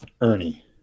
Ernie